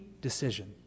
decision